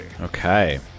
okay